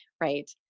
Right